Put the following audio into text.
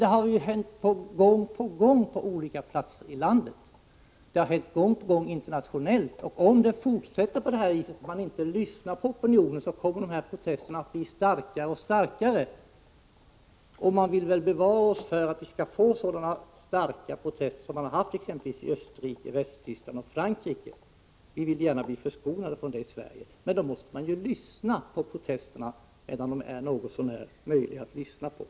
Det har hänt gång på gång på olika platser i landet, och det har hänt gång på gång internationellt att människor har reagerat, och om det fortsätter på det här viset — att man inte lyssnar på opinionen — kommer protesterna att bli starkare och starkare. Vi vill väl bevara oss från sådana starka protester som man haft i exempelvis Österrike, Västtyskland och Frankrike. Vi vill gärna bli förskonade från det i Sverige — men då måste vi lyssna på protesterna medan de är något så när möjliga att lyssna till.